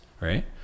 Right